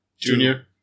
Junior